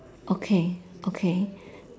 okay okay